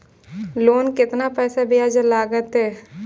Loan के केतना पैसा ब्याज लागते?